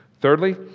Thirdly